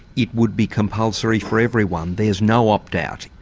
it would be compulsory for everyone, there's no opt-out?